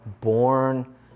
born